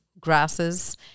grasses